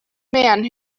man